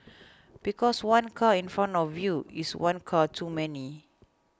because one car in front of you is one car too many